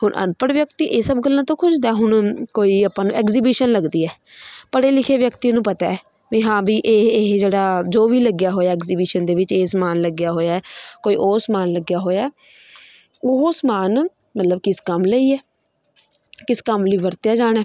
ਹੁਣ ਅਨਪੜ੍ਹ ਵਿਅਕਤੀ ਇਹ ਸਭ ਗੱਲਾਂ ਤੋਂ ਖੁੱਜਦਾ ਹੁਣ ਕੋਈ ਆਪਾਂ ਐਗਜੀਬਿਸ਼ਨ ਲੱਗਦੀ ਹੈ ਪੜ੍ਹੇ ਲਿਖੇ ਵਿਅਕਤੀ ਨੂੰ ਪਤਾ ਵੀ ਹਾਂ ਵੀ ਇਹ ਇਹ ਜਿਹੜਾ ਜੋ ਵੀ ਲੱਗਿਆ ਹੋਇਆ ਐਗਜੀਬਿਸ਼ਨ ਦੇ ਵਿੱਚ ਇਹ ਸਮਾਨ ਲੱਗਿਆ ਹੋਇਆ ਕੋਈ ਉਹ ਸਮਾਨ ਲੱਗਿਆ ਹੋਇਆ ਉਹ ਸਮਾਨ ਮਤਲਬ ਕਿਸ ਕੰਮ ਲਈ ਹੈ ਕਿਸ ਕੰਮ ਲਈ ਵਰਤਿਆ ਜਾਣਾ